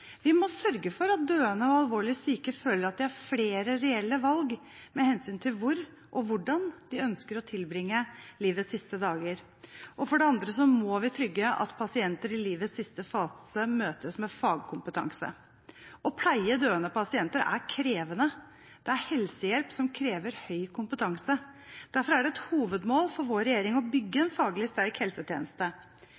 Vi må sørge for at døende og alvorlig syke føler at de har flere reelle valg med hensyn til hvor og hvordan de ønsker å tilbringe livets siste dager. For det andre må vi trygge at pasienter i livets siste fase møtes med fagkompetanse. Å pleie døende pasienter er krevende, det er helsehjelp som krever høy kompetanse. Derfor er det et hovedmål for vår regjering å bygge en faglig sterk helsetjeneste.